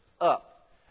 up